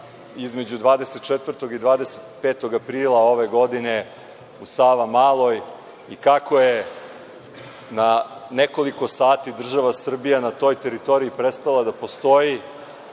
između 24. i 25. aprila ove godine, u Savamaloj i kako je na nekoliko sati država Srbija na toj teritoriji prestala da postoji,